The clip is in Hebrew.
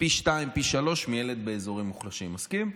פי שניים או שלושה מילד באזורים מוחלשים, מסכים?